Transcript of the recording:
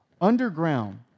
underground